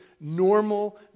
normal